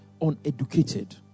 uneducated